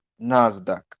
Nasdaq